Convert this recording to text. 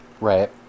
right